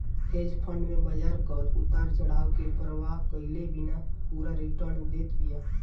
hedge fund में बाजार कअ उतार चढ़ाव के परवाह कईले बिना पूरा रिटर्न देत बिया